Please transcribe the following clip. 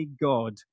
god